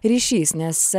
ryšys nes